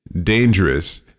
dangerous